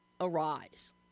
arise